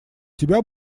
тебя